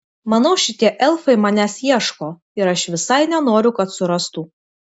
manau šitie elfai manęs ieško ir aš visai nenoriu kad surastų